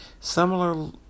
similar